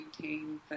maintain